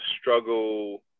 struggle